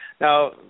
Now